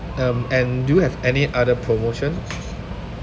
um and do you have any other promotion